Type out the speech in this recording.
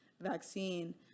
vaccine